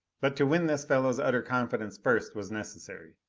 but to win this fellow's utter confidence first was necessary,